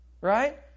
Right